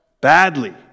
badly